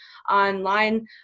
online